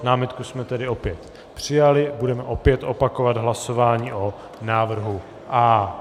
Námitku jsme tedy opět přijali, budeme opět opakovat hlasování o návrhu A.